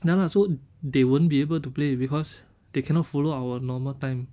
ya lah so they won't be able to play because they cannot follow our normal time